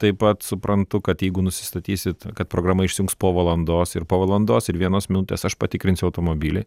taip pat suprantu kad jeigu nusistatysit kad programa išsunks po valandos ir po valandos ir vienos minutės aš patikrinsiu automobilį